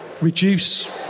reduce